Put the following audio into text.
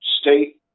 state